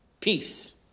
Peace